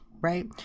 right